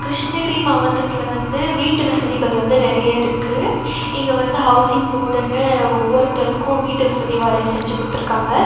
கிருஷ்ணகிரி மாவட்டத்தில் வந்து வீட்டு வசதிகள் வந்து நிறைய இருக்குது இங்கே வந்து ஹவுசிங் போர்ட்டுன்னு ஒவ்வொருத்தருக்கும் வீட்டு வசதி வாரியம் செஞ்சு கொடுத்துருக்காங்க